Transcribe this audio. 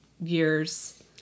years